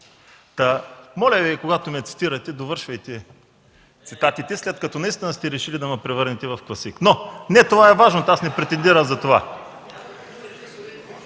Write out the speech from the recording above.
Моля Ви, когато ме цитирате, довършвайте цитатите, след като наистина сте решили да ме превърнете в класик. Не това е важното, аз не претендирам за това.